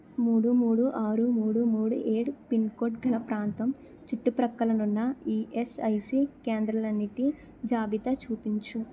మూడు మూడు ఆరు మూడు మూడు ఏడు పిన్కోడ్ గల ప్రాంతం చుట్టుప్రక్కలున్న ఈఎస్ఐసి కేంద్రాలన్నిటి జాబితా చూపించు